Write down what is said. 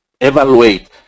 evaluate